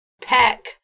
Pack